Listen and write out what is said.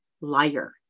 liar